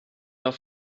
auf